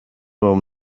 mam